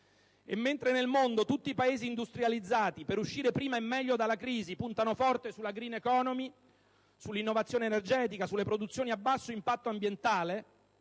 E mentre nel mondo tutti i Paesi industrializzati per uscire prima e meglio dalla crisi puntano forte sulla *green economy,* sull'innovazione energetica, sulle produzioni a basso impatto ambientale